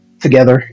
together